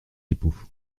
époux